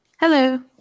Hello